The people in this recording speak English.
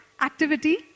activity